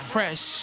Fresh